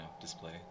display